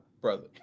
brother